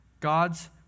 God's